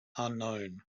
unknown